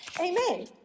Amen